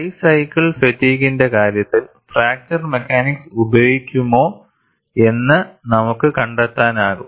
high cycle ഫാറ്റിഗിന്റെ കാര്യത്തിൽ fracture mechanics ഉപയോഗിക്കുമോ എന്ന് നമുക്ക് കണ്ടെത്താനാകും